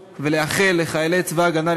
באווירת התפיסה הערכית, הגיע הזמן